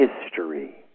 history